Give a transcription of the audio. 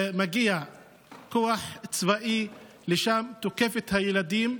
הגיע כוח צבאי לשם ותקף את הילדים,